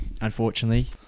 unfortunately